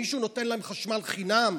מישהו נותן להם חשמל חינם?